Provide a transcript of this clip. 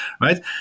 right